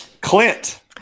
Clint